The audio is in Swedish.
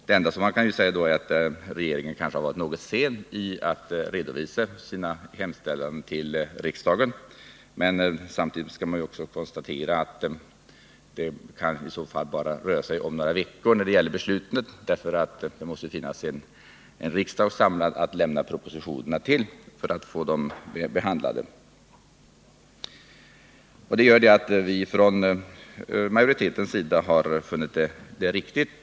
Det enda man då kan säga är att regeringen kanske har varit litet väl sen med att redovisa sin hemställan till riksdagen, Samtidigt skall man emellertid också konstatera att det i så fall när det gäller beslutet bara kan röra sig om några veckor, eftersom det ju måste finnas en riksdag samlad att lämna propositionerna till och för att få dem behandlade av. Detta gör att utskottsmajoriteten har funnit förfaringssättet riktigt.